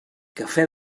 café